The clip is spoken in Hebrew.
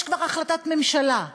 יש כבר החלטת ממשלה,